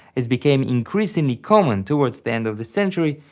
as became increasingly common towards the end of the century,